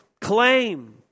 claim